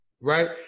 right